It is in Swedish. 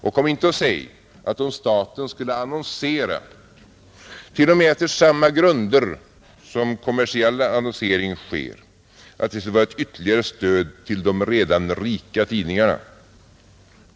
Och kom inte och säg att om staten skulle annonsera t.o.m. efter samma grunder som kommersiell annonsering sker skulle det vara ett ytterligare stöd till de redan rika tidningarna.